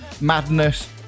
madness